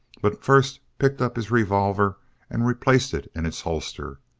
but first picked up his revolver and replaced it in its holster,